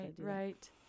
Right